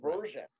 version